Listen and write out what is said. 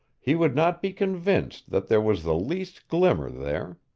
he would not be convinced that there was the least glimmer there.